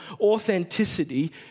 authenticity